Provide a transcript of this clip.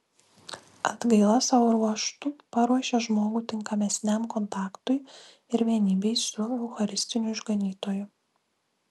atgaila savo ruožtu paruošia žmogų tinkamesniam kontaktui ir vienybei su eucharistiniu išganytoju